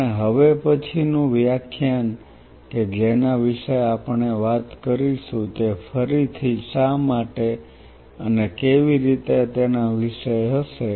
આપણું હવે પછી નું વ્યાખ્યાન કે જેના વિશે આપણે વાત કરીશું તે ફરીથી શા માટે અને કેવી રીતે તેના વિષે હશે